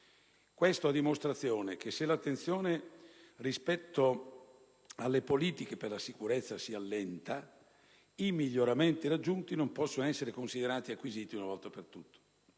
Questo a dimostrazione che se l'attenzione rispetto alle politiche per la sicurezza si allenta, i miglioramenti raggiunti non possono essere considerati acquisiti una volta per tutte.